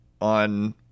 on